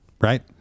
right